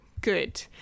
Good